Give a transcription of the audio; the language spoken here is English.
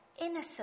innocent